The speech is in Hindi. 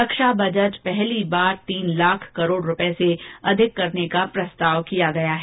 रक्षा बजट पहली बार तीन लाख करोड़ रूपये से अधिक करने का प्रस्ताव किया गया है